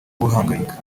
guhangayika